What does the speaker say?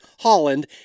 Holland